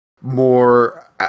more